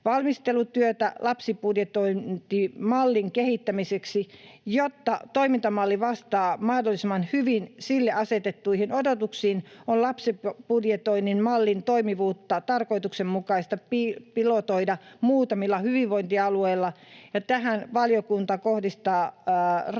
valmistelutyötä lapsibudjetointimallin kehittämiseksi, jotta toimintamalli vastaa mahdollisimman hyvin sille asetettuihin odotuksiin. Lapsibudjetoinnin mallin toimivuutta on tarkoituksenmukaista pilotoida muutamilla hyvinvointialueilla, ja tähän valiokunta kohdistaa 340